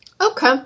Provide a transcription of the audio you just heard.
Okay